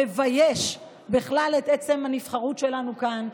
אלא מבייש בכלל את עצם הנבחרות שלנו כאן,